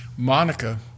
Monica